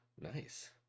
nice